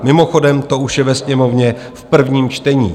Mimochodem to už je ve Sněmovně v prvním čtení.